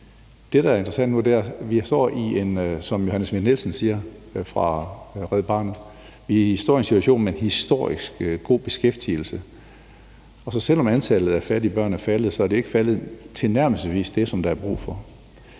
står i en situation med historisk god beskæftigelse. Så selv om antallet af fattige børn er faldet, er det ikke faldet tilnærmelsesvis med det, der er brug for.